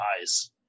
eyes